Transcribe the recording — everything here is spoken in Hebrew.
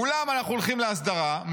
מולם אנחנו הולכים להסדרה,